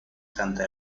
santa